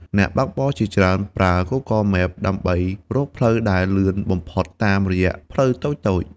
អ្នកបើកបរជាច្រើនប្រើ Google Maps ដើម្បីរកផ្លូវដែលលឿនបំផុតតាមរយៈផ្លូវតូចៗ។